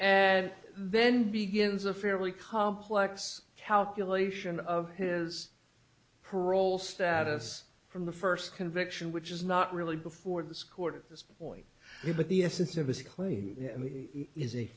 and then begins a fairly complex calculation of his parole status from the first conviction which is not really before this court this point but the essence of his claim is a